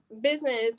business